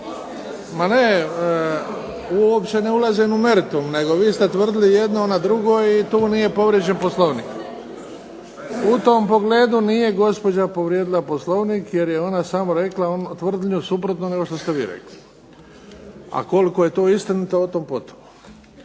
Uopće ne ulazim u meritum nego vi ste tvrdili jedno, ona drugo i tu nije povrijeđen Poslovnik. U tom pogledu nije gospođa povrijedila Poslovnik jer je ona samo rekla tvrdnju suprotnu nego što ste vi rekli, a koliko je to istinita o tom potom.